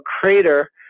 crater